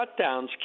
shutdowns